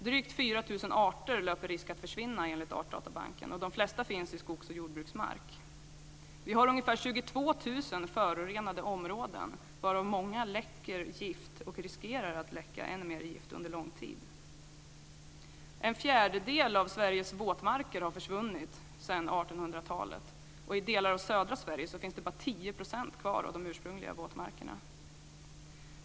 Drygt 4 000 arter löper risk att försvinna enligt artdatabanken, och de flesta finns i skogs och jordbruksmark. Vi har ungefär 22 000 förorenade områden, varav många läcker gift och riskerar att läcka ännu mer gift under lång tid. En fjärdedel av Sveriges våtmarker har försvunnit sedan 1800-talet, och i delar av södra Sverige finns bara 10 % kvar av de ursprungliga våtmarkerna.